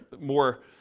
more